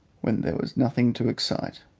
when there was nothing to excite,